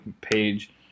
page